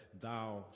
thou